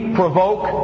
provoke